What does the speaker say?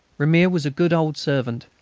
ramier was a good old servant,